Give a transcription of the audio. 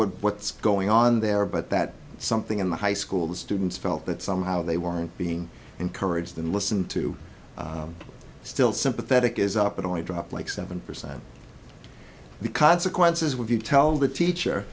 what what's going on there but that something in the high school the students felt that somehow they weren't being encouraged and listened to still sympathetic is up it only dropped like seven percent the consequences if you tell the teacher